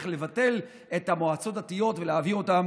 לבטל את המועצות הדתיות ולהעביר אותן